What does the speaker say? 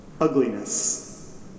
ugliness